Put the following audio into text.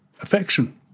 affection